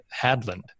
Hadland